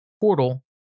portal